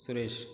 Suresh